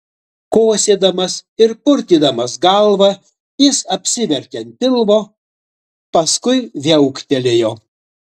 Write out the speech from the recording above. kosėdamas ir purtydamas galvą jis apsivertė ant pilvo paskui viauktelėjo